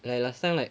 like last time like